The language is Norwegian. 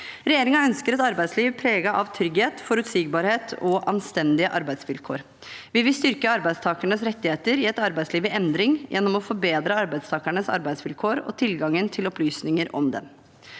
Regjeringen ønsker et arbeidsliv preget av trygghet, forutsigbarhet og anstendige arbeidsvilkår. Vi vil styrke arbeidstakernes rettigheter i et arbeidsliv i endring, gjennom å forbedre arbeidstakernes arbeidsvilkår og tilgangen til opplysninger om dem.